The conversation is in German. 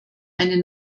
eine